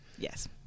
Yes